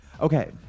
Okay